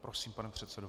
Prosím, pane předsedo.